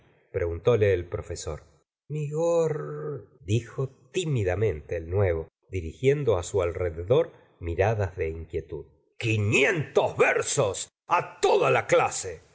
preguntle el profesor mi gorr dijo tímidamente el nuevo dirigiendo su alrededor miradas de inquietud quinientos versos toda la clase